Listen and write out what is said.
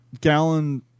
gallon